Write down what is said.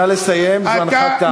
טוב, נא לסיים, זמנך תם.